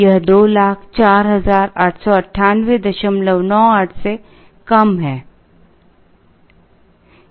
यह 20489898 से कम है